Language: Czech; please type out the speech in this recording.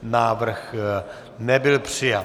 Návrh nebyl přijat.